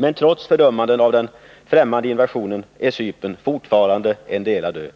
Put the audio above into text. Men trots fördömanden av den främmande invasionen är Cypern fortfarande en delad ö.